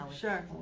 sure